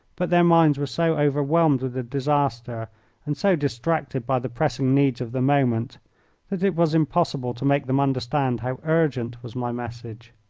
but their minds were so overwhelmed with the disaster and so distracted by the pressing needs of the moment that it was impossible to make them understand how urgent was my message.